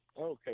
okay